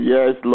Yes